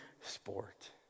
sport